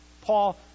Paul